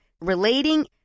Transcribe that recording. relating